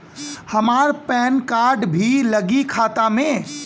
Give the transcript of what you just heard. हमार PAN card भी लगी खाता में?